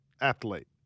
athlete